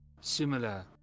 similar